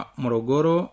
morogoro